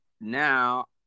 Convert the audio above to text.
now